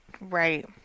Right